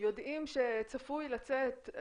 יודעים שצפוי לצאת,